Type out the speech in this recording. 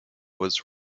was